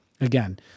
again